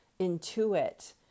intuit